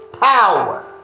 power